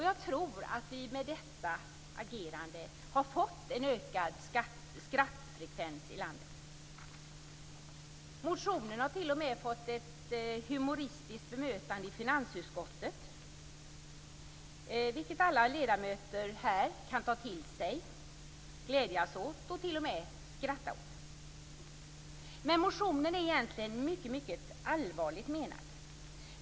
Jag tror att vi med detta agerande har fått en ökad skrattfrekvens i landet. Motionen har t.o.m. fått ett humoristiskt bemötande i finansutskottet, vilket alla ledamöter här kan ta till sig, glädjas åt och t.o.m. skratta åt. Men motionen är egentligen mycket allvarligt menad.